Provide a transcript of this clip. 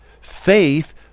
Faith